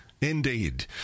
Indeed